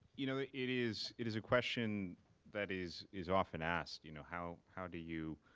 you know, it is it is a question that is is often asked, you know how how do you